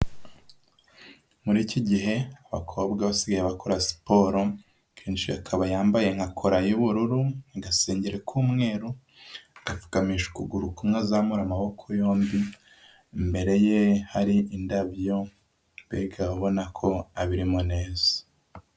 Muri iki gihe abakobwa basigaye bakora siporo, kenshi akaba yambaye nka kora y'ubururu, agasengeri k'umweru, agapfukamisha ukuguru kumwe azamura amaboko yombi. Imbere ye hari indabyo mbega ubona ko abirimo neza.